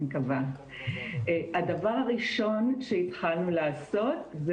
הדבר הראשון שהתחלנו לעשות,